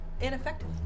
ineffective